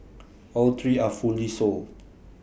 all three are fully sold